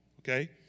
Okay